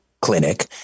clinic